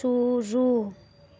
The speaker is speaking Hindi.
शुरू